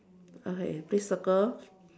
okay please circle